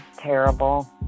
terrible